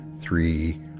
three